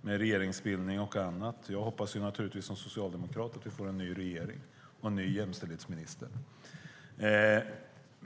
med regeringsbildning och annat. Jag som socialdemokrat hoppas naturligtvis att vi får en ny regering och en ny jämställdhetsminister.